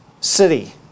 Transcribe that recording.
city